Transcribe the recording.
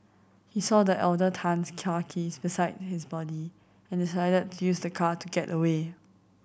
he saw the elder Tan's car keys beside his body and decided to use the car to get away